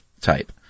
type